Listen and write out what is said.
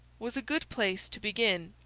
was a good place to begin.